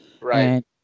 Right